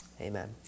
Amen